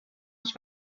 ich